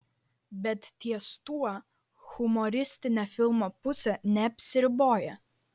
bet ties tuo humoristinė filmo pusė neapsiriboja